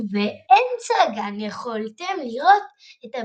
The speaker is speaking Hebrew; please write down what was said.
ובאמצע הגן יכלתם לראות את הברכה.